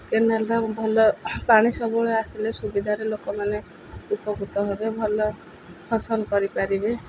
କେନାଲ୍ଟା ଭଲ ପାଣି ସବୁବେଳେ ଆସିଲେ ସୁବିଧାରେ ଲୋକମାନେ ଉପକୃତ ହବେ ଭଲ ଫସଲ କରିପାରିବେ